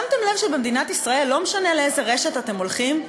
שמתם לב שבמדינת ישראל לא משנה לאיזה רשת אתם הולכים,